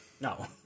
No